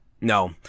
No